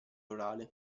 orale